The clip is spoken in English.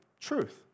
truth